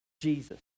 Jesus